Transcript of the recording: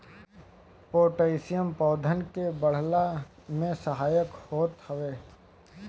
potassium पौधन के बढ़ला में सहायक होत हवे